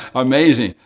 amazing,